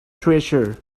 treasure